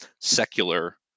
secular